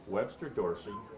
webster dorsey,